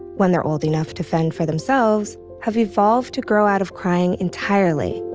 when they're old enough to fend for themselves, have evolved to grow out of crying entirely